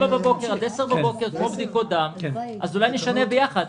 7 10 בבוקר כמו בדיקות דם אז אולי נשנה ביחד,